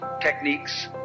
techniques